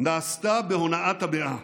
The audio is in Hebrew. נעשתה בהונאת המאה.